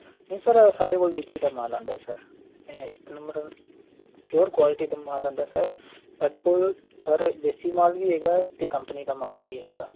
ਨਹੀਂ ਸਰ ਸਾਡੇ ਕੋਲ ਦਿੱਲੀ ਦਾ ਮਾਲ ਆਉਂਦਾ ਸਰ ਇੱਕ ਨੰਬਰ ਪਿਓਰ ਕੁਆਲਿਟੀ ਦਾ ਮਾਲ ਆਉਂਦਾ ਸਰ ਸਾਡੇ ਕੋਲ ਸਰ ਦੇਸੀ ਮਾਲ ਵੀ ਹੈਗਾ ਅਤੇ ਕੰਪਨੀ ਦਾ ਮਾਲ ਵੀ ਹੈਗਾ